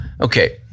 Okay